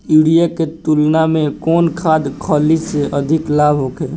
Urea के तुलना में कौन खाध खल्ली से अधिक लाभ होखे?